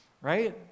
right